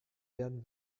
werden